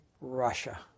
Russia